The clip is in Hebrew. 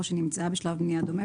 או שנמצאה בשלב בנייה דומה,